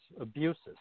abuses